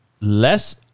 less